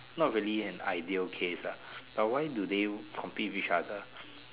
not really an ideal case ah but why do they compete with each other